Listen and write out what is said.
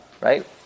right